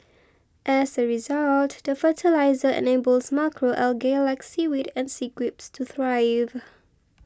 as a result the fertiliser enables macro algae like seaweed and sea grapes to thrive